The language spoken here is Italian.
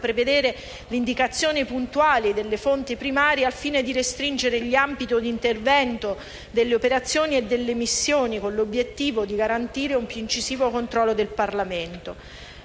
prevedere l'indicazione puntuale delle fonti primarie al fine di restringere gli ambiti di intervento delle operazioni e delle missioni con l'obiettivo di garantire un più incisivo controllo del Parlamento.